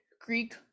Greek